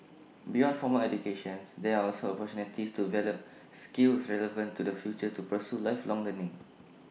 beyond formal educations there are also opportunities to develop skills relevant to the future to pursue lifelong learning